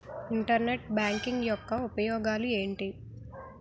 Internet banking యెక్క ఉపయోగాలు ఎంటి?